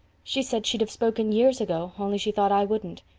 she said she'd have spoken years ago, only she thought i wouldn't.